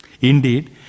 Indeed